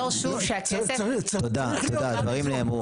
תודה, הדברים נאמרו